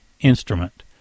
instrument